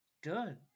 Good